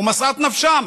הוא משאת נפשם,